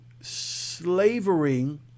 slavery